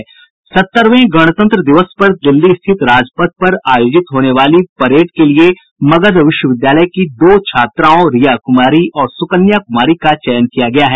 सत्तरवें गणतंत्र दिवस पर दिल्ली स्थित राजपथ पर आयोजित होने वाली परेड के लिए मगध विश्वविद्यालय की दो छात्राओं रिया कुमारी और सुकन्या कुमारी का चयन किया गया है